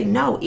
no